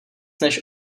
než